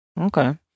Okay